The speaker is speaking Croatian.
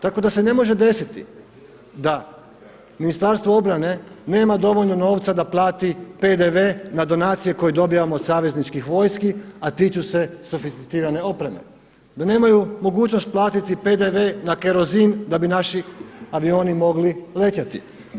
Tako da se ne može desiti da Ministarstvo obrane nema dovoljno novca da plati PDV na donacije koje dobivamo od savezničkih vojski a tiču se sofisticirane opreme, da nemaju mogućnost platiti PDV na kerozin da bi naši avioni mogli letjeti.